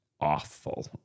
awful